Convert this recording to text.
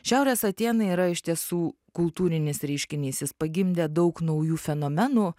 šiaurės atėnai yra iš tiesų kultūrinis reiškinys jis pagimdė daug naujų fenomenų